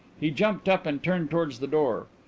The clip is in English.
he jumped up and turned towards the door.